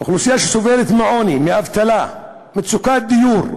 אוכלוסייה שסובלת מעוני, מאבטלה, ממצוקת דיור,